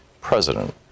President